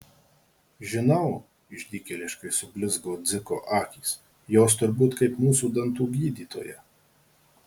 žinau išdykėliškai sublizgo dziko akys jos turbūt kaip mūsų dantų gydytoja